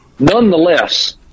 Nonetheless